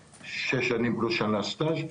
שש שנים פלוס שנה סטאז',